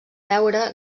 beure